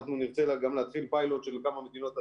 אנחנו נרצה להתחיל פיילוט של כמה מדינות אדומות,